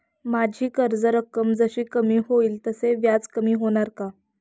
माझी कर्ज रक्कम जशी कमी होईल तसे व्याज कमी होणार का?